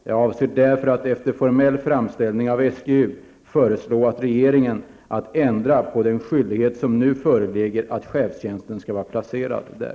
Jag avser därför, efter formell framställning av SGU, föreslå regeringen att ändra på den skyldighet som nu föreligger att chefstjänsten skall vara placerad där.